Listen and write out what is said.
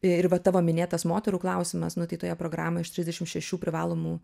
ir va tavo minėtas moterų klausimas nu tai toje programoj iš trisdešimt šešių privalomų